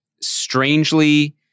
strangely